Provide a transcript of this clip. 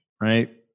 right